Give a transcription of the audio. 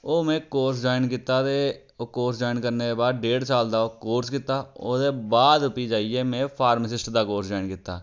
ओह् में course join कीता ते ओह् कोर्स जाइन करने दे बाद डेढ साल दा ओह् कोर्स कीता ओह्दे बाद फ्ही जाइयै में फार्मसिस्ट दा कोर्स जाइन कीता